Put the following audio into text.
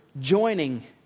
joining